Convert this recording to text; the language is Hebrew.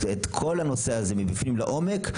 את כל הנושא הזה מבפנים לעומק.